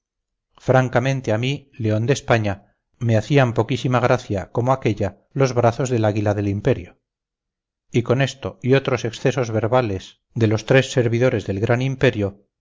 francamente a mí león de españa me hacían poquísima gracia como aquella los brazos del águila del imperio y con esto y otros excesos verbales de los tres servidores del gran imperio